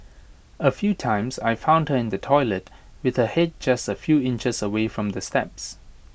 A few times I found her in the toilet with the Head just A few inches away from the steps